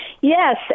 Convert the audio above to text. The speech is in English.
Yes